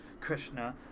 Krishna